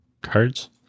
cards